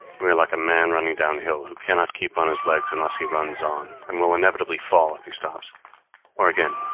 we are like a man running downhill, who cannot keep on his legs unless he runs on, and will inevitably fall if he stops or, again,